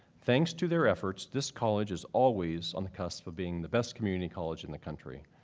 thanks to their efforts, this college is always on the cusp of being the best community college in the country.